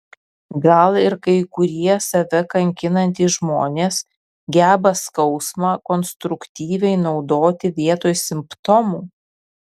gal ir kai kurie save kankinantys žmonės geba skausmą konstruktyviai naudoti vietoj simptomų